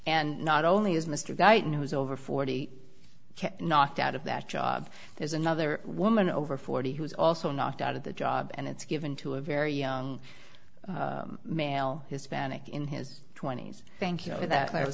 and not only is mr guyton who is over forty knocked out of that job there's another woman over forty who is also knocked out of the job and it's given to a very young male hispanic in his twenty's thank you know that i was